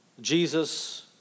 Jesus